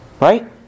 right